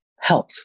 health